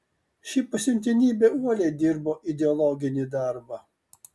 ši pasiuntinybė uoliai dirbo ideologinį darbą